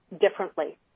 differently